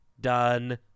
done